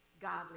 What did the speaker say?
godly